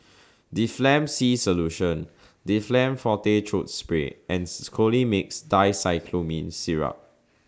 Difflam C Solution Difflam Forte Throat Spray and Colimix Dicyclomine Syrup